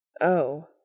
Oh